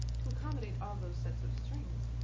to accommodate all those sets of strings,